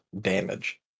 damage